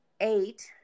eight